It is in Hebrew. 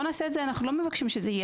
אבל